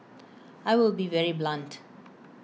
I will be very blunt